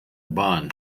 bun